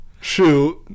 shoot